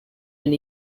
and